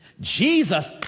Jesus